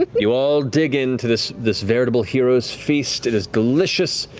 you all dig into this this veritable heroes' feast. it is delicious,